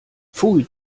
pfui